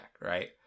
Right